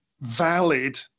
valid